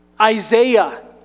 Isaiah